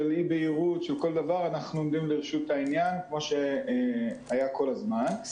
של אי בהירות או כל דבר אנחנו עומדים לרשות העניין כמו שהיה כל הזמן.